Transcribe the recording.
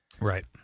Right